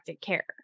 care